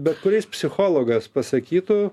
bet kuris psichologas pasakytų